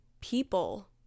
people